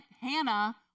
Hannah